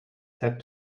said